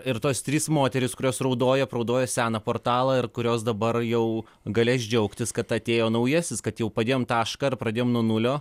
ir tos trys moterys kurios raudojo apraudojo seną portalą ir kurios dabar jau galės džiaugtis kad atėjo naujasis kad jau padėjom tašką ir pradėjom nuo nulio